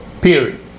period